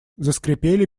заскрипели